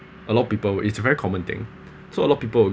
a lot of people will it's a very common thing so a lot of people who